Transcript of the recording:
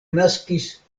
naskis